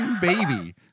Baby